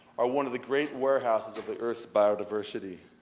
are one of the great warehouses of the earth's biodiversity.